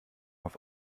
auf